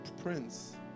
prince